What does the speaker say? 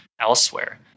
elsewhere